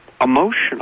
emotional